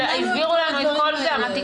הבהירו לנו את כל זה,